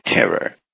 Terror